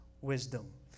wisdom